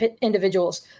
individuals